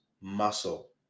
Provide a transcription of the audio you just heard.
muscle